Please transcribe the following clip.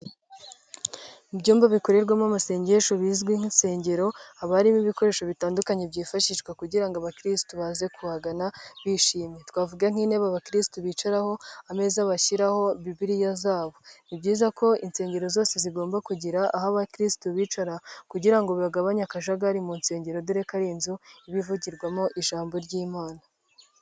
Ibyumba bikorerwamo amasengesho bizwi nk'insengero, haba arimo ibikoresho bitandukanye byifashishwa kugira ngo abakirisitu baze kuhagana bishimye, twavuga nk'intebe abakirisitu bicaraho, ameza bashyiraho Bibiliya zabo; ni byiza ko insengero zose zigomba kugira aho abakirisitu bicara kugira ngo bigabanye akajagari mu nsengero, dore ko ari inzu y'ibivugirwamo ijambo ry'Imana.